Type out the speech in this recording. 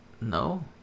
No